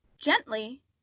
gently